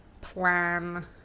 plan